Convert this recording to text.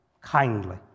kindly